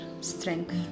strength